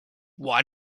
why